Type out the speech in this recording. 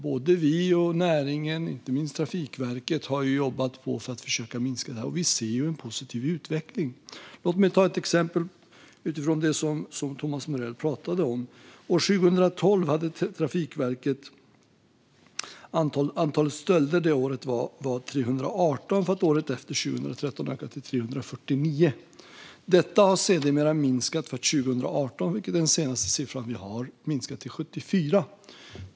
Sedermera har vi, näringen och inte minst Trafikverket jobbat på för att försöka att minska det här, och vi ser alltså en positiv utveckling. Låt mig ta ett exempel utifrån det som Thomas Morell pratade om. År 2012 var antalet stölder 318 för att året efter, 2013, öka till 349. Detta har sedermera minskat, för att 2018, vilket är den senaste siffran vi har, vara 74.